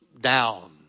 down